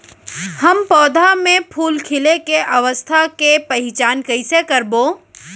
हम पौधा मे फूल खिले के अवस्था के पहिचान कईसे करबो